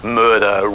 murder